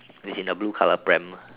it's in the blue colour pram